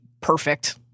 perfect